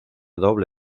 doble